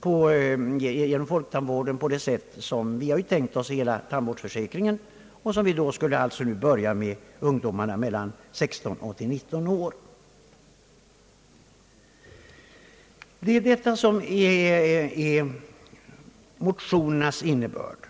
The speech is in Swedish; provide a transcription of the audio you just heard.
får behandling genom folktandvården. På samma sätt hade vi nu tänkt oss det skulle ordnas för ungdom i åldern 16—19 år. Detta är motionernas innebörd.